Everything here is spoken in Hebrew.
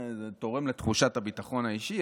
זה תורם לתחושת הביטחון האישי.